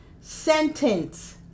sentence